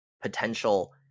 potential